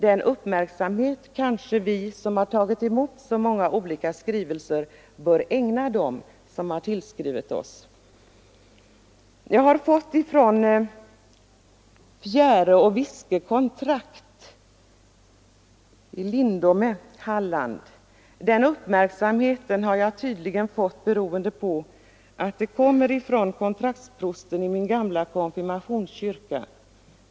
Den uppmärksamheten kanske vi, som har tagit emot så många olika skrivelser, bör ägna dem som har tillskrivit oss. Från Lindome i Fjäre och Viske kontrakt har jag fått ett brev. Den uppmärksamheten har jag tydligen rönt därför att det gäller min gamla konfirmationskyrka.